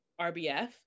RBF